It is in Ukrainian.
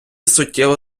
суттєво